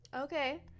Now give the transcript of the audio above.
Okay